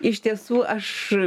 iš tiesų aš